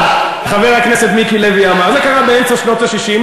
חבר הכנסת מיקי לוי אמר, זה קרה באמצע שנות ה-60.